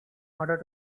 order